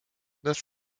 das